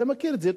אתה מכיר את זה.